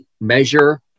Measure